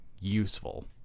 useful